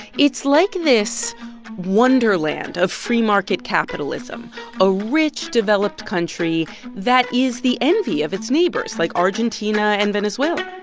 it's like this wonderland of free-market capitalism a rich, developed country that is the envy of its neighbors, like argentina and venezuela